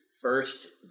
first